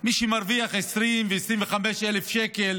מי שמרוויח 20,000 ו-25,000 שקל